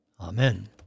Amen